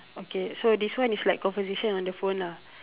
okay so this one is like conversation on the phone lah